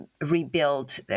rebuild